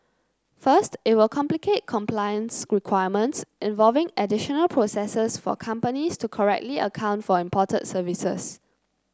first it will complicate compliance requirements involving additional processes for companies to correctly account for imported services